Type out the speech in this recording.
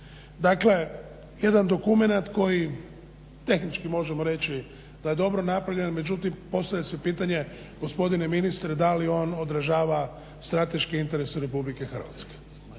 Dakle, jedan dokumenat koji tehnički možemo reći da je dobro napravljen međutim postavlja se pitanje gospodine ministre da li on odražava strateške interese RH? Da li ćemo se